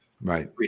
right